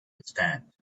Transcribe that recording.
distant